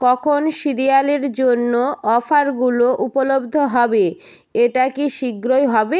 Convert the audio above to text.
কখন সিরিয়ালের জন্য অফারগুলো উপলব্ধ হবে এটা কি শীঘ্রই হবে